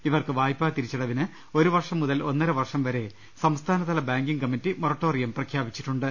ഇവർക്ക് വായ്പാ തിരിച്ചടവിന് ഒരു വർഷം മുതൽ ഒന്നര വർഷം വരെ സംസ്ഥാനതല ബാങ്കിങ് കമ്മിറ്റി മൊറട്ടോറിയം പ്രഖ്യാപിച്ചിട്ടുണ്ട്